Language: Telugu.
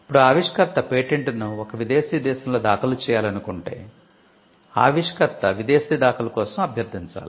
ఇప్పుడు ఆవిష్కర్త పేటెంట్ను ఒక విదేశీ దేశంలో దాఖలు చేయాలనుకుంటే ఆవిష్కర్త విదేశీ దాఖలు కోసం అభ్యర్థించాలి